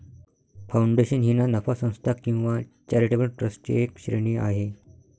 foundation ही ना नफा संस्था किंवा चॅरिटेबल ट्रस्टची एक श्रेणी आहे